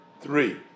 three